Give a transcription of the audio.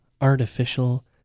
artificial